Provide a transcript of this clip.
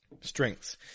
Strengths